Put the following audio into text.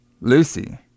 Lucy